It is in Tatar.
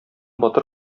батыр